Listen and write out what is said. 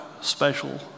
special